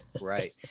right